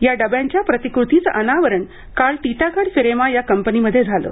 या डब्यांच्या प्रतिकृतीचं अनावरण काल टीटागढ फिरेमा या कंपनीमध्ये झालं